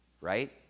right